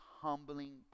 humbling